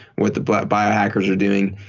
what the but biohackers are doing.